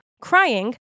crying